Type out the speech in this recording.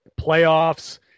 playoffs